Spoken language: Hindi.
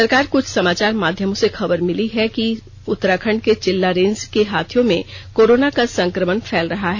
सरकार को कुछ समाचार माध्यमों से खबर मिली है कि उत्तराखंड के चिल्ला रेंज के हाथियों में कोरोना का संक्रमण फैल रहा है